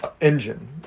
engine